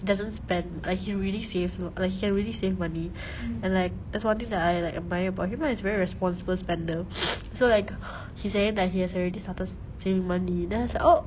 he doesn't spend like he really saves you know like he can really save money and like that's one thing that I like admire about him lah he's very responsible spender so like he saying that he has already started saving money then I was like oh